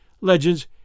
Legends